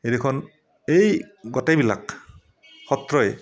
এইকেইখন এই গোটেইবিলাক সত্ৰই